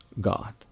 God